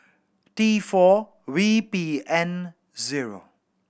T four V P N zero